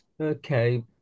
okay